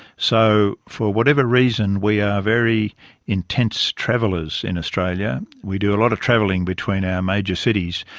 so, for whatever reason, we are very intense travellers in australia, we do a lot of travelling between our major cities,